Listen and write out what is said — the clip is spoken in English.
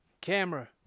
camera